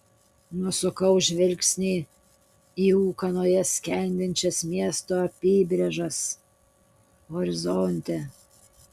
nusukau žvilgsnį į ūkanoje skendinčias miesto apybrėžas horizonte